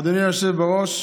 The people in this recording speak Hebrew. אדוני היושב-ראש,